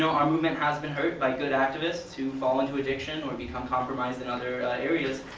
so our movement has been hurt by good activists who fall into addiction or become compromised in other areas.